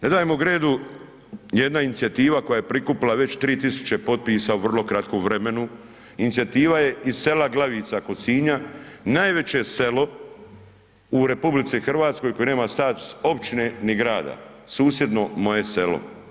Ne dajmo Gredu“ je jedna inicijativa koja je prikupila već 3.000 potpisa u vrlo kratkom vremenu, inicijativa je iz sela Glavica kod Sinja, najveće selo u RH koje nema status općine ni grada, susjedno moje selo.